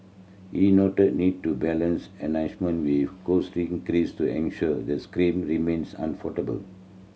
he noted need to balance enhancement with cost increase to ensure the scheme remains affordable